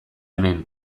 hemen